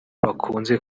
bakunze